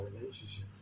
relationship